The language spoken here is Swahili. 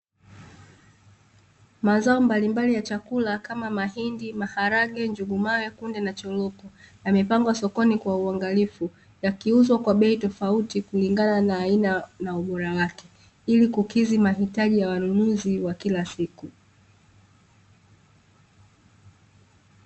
Mazao mbalimbali ya chakula , kama mahindi, maharage, njugu mawe, kunde, na choroko, yamepangwa sokoni kwa uangalifu, yakiuzwa kwa bei tofauti kulingana na aina na ubora wake, ili kukidhi mahitaji ya wanunuzi wa kila siku.